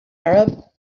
arab